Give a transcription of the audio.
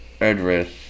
address